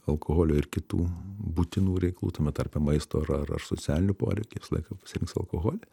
alkoholio ir kitų būtinų reikalų tame tarpe maisto ar ar socialinių poreikių visą laiką pasirinks alkoholį